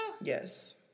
yes